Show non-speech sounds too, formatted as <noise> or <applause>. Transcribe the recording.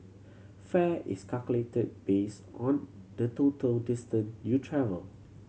fare is calculated based on total <unintelligible> distance you travel